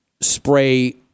spray –